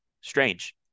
strange